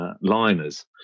liners